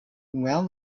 well